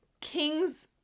king's